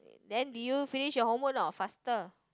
then did you finish your homework not faster